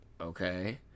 okay